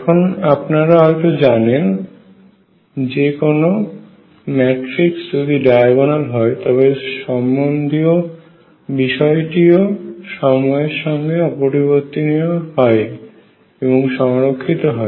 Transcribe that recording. এখন আপনারা হয়তো জানেন যেকোনো ম্যাট্রিক্স যদি ডায়াগোনাল হয় তার সম্বন্ধীয় বিষয়টি ও সময়ের সঙ্গে অপরিবর্তনীয় হয় এবং সংরক্ষিত হয়